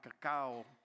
cacao